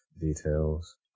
details